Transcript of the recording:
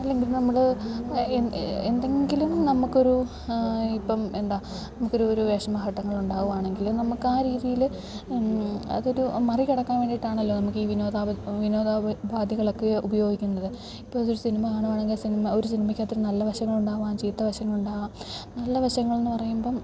അല്ലെങ്കിൽ നമ്മൾ എന്തെങ്കിലും നമുക്കൊരു ഇപ്പം എന്താ നമുക്കൊരു ഒരു വിഷമ ഘട്ടങ്ങളുണ്ടാകുകയാണെങ്കിൽ നമുക്കാ രീതിയിൽ അതൊരു മറി കടക്കാൻ വേണ്ടിയിട്ടാണല്ലോ നമുക്കീ വിനോദാവി വിനോദവി ബാധികളൊക്കെ ഉപയോഗിക്കുന്നത് ഇപ്പംഅതൊരു സിനിമ കാണുകയാണെങ്കിൽ സിനിമ ഒരു സിനിമയ്ക്ക് അത്രയും നല്ല വശങ്ങളുണ്ടാകാം ചീത്ത വശങ്ങളുണ്ടാകാം നല്ല വശങ്ങളെന്നു പറയുമ്പം